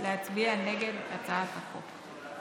להצביע נגד הצעת החוק.